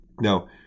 Now